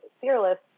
Fearless